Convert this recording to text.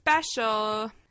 special